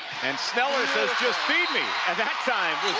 and sneller says just feed me that time